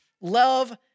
Love